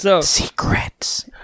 Secrets